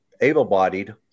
able-bodied